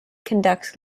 conducts